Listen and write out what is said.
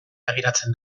begiratzen